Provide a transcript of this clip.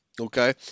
Okay